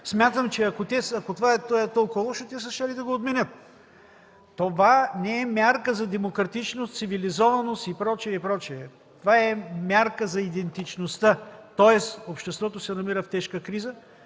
Смятам, че ако това е толкова лошо, те са щели да го отменят. Това не е мярка за демократичност, цивилизованост и прочие. Това е мярка за идентичността, тоест, обществото се намира в тежка криза